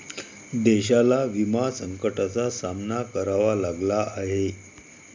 देशाला विमा संकटाचा सामना करावा लागला आहे